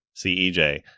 CEJ